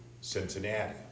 Cincinnati